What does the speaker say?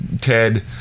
Ted